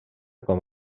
com